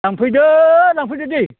लांफैदो लांफैदो दे